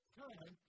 time